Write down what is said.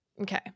Okay